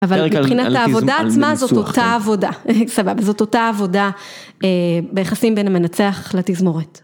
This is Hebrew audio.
אבל מבחינת העבודה עצמה, זאת אותה עבודה, סבבה, זאת אותה עבודה ביחסים בין המנצח לתזמורת.